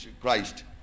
Christ